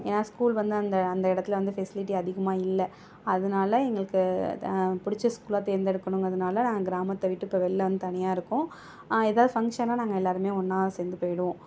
ஏன்னா ஸ்கூல் வந்து அந்த அந்த இடத்துல வந்து ஃபெசிலிட்டி அதிகமாக இல்லை அதனால் எங்களுக்கு அது பிடிச்ச ஸ்கூலாக தேர்ந்தெடுக்கணும்கிறனால நாங்கள் கிராமத்தை விட்டு இப்போ வெளில வந்து தனியாக இருக்கோம் எதா ஃபங்ஷன்னா நாங்கள் எல்லோருமே ஒன்றா சேர்ந்து போயிடுவோம்